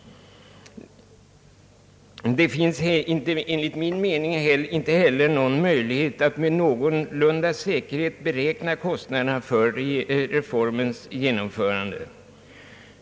Enligt min mening är det heller inte möjligt att någorlunda säkert beräkna kostnaderna för reformens genomförande.